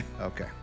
Okay